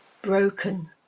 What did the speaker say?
broken